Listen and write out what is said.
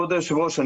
כבוד היושב-ראש,